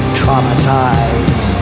traumatized